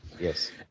Yes